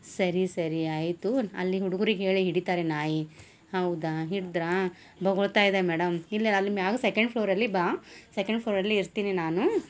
ಸರಿ ಸರಿ ಆಯಿತು ಅಲ್ಲಿ ಹುಡ್ಗುರಿಗೆ ಹೇಳಿ ಹಿಡಿತಾರೆ ನಾಯಿ ಹೌದಾ ಹಿಡಿದ್ರಾ ಬೋಗಳ್ತಾ ಇದೆ ಮೇಡಮ್ ಇಲ್ಲ ಅಲ್ಲಿ ಮ್ಯಾಲ್ ಸೆಕೆಂಡ್ ಫ್ಲೋರಲ್ಲಿ ಬಾ ಸೆಕೆಂಡ್ ಫ್ಲೋರಲ್ಲಿ ಇರ್ತೀನಿ ನಾನು